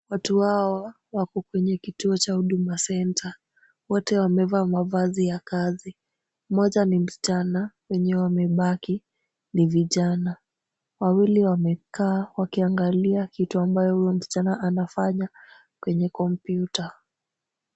Watu hawa wako kwenye kituo cha Huduma Center. Wote wamevaa mavazi ya kazi. Mmoja ni msichana, wenye wamebaki ni vijana. Wawili wamekaa wakiangalia kitu ambayo huyu msichana anafanya kwenye kompyuta.